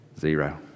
Zero